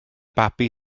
babi